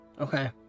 Okay